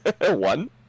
One